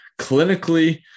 Clinically